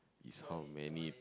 it's how many